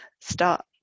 start